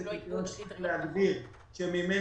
האם זה קריטריון שצריך להגדיר שממנו